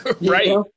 right